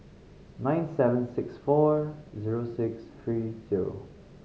nine seven six four zero six three zero